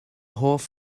hoff